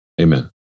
Amen